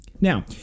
Now